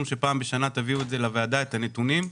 שפעם בשנה תביאו את הנתונים לוועדה,